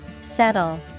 Settle